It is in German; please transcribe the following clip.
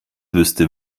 wüsste